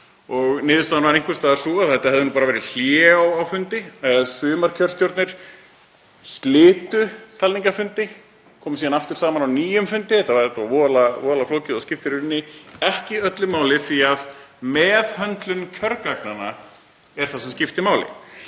Niðurstaðan var einhvers staðar sú að þetta hefði nú bara verið hlé á fundi. Sumar kjörstjórnir slitu talningarfundi og komu síðan aftur saman á nýjum fundi. Þetta var voðalega flókið og skiptir í rauninni ekki öllu máli því að meðhöndlun kjörgagnanna er það sem skiptir máli.